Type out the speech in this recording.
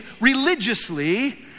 religiously